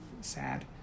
sad